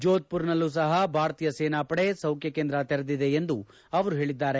ಜೋಧ್ಮರ್ನಲ್ಲೂ ಸಪ ಭಾರತೀಯ ಸೇನಾಪಡೆ ಸೌಖ್ಯ ಕೇಂದ್ರ ತೆರೆದಿದೆ ಎಂದು ಅವರು ಹೇಳಿದ್ದಾರೆ